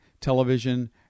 television